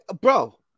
Bro